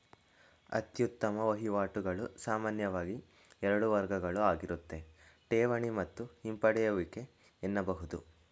ಅತ್ಯುತ್ತಮ ವಹಿವಾಟುಗಳು ಸಾಮಾನ್ಯವಾಗಿ ಎರಡು ವರ್ಗಗಳುಆಗಿರುತ್ತೆ ಠೇವಣಿ ಮತ್ತು ಹಿಂಪಡೆಯುವಿಕೆ ಎನ್ನಬಹುದು